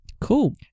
cool